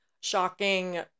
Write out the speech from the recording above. shocking